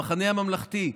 המחנה הממלכתי,